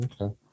Okay